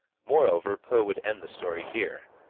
moreover, poe would end the story here.